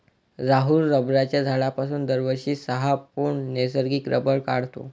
राहुल रबराच्या झाडापासून दरवर्षी सहा पौंड नैसर्गिक रबर काढतो